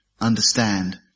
Understand